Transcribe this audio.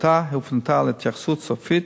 הטיוטה הופנתה להתייחסויות סופיות